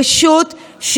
פשוט,